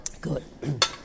Good